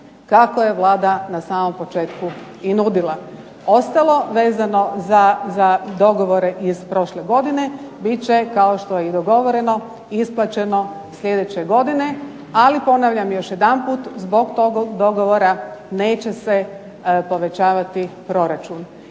kako je Vlada na samom početku i nudila. Ostalo vezano za dogovore iz prošle godine bit će kao što je i dogovoreno isplaćeno sljedeće godine. Ali ponavljam još jedanput zbog tog dogovora neće se povećavati proračun.